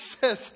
says